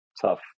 tough